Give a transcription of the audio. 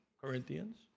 Corinthians